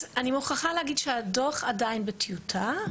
אז אני מוכרחה להגיד שהדוח עדיין בטיוטה.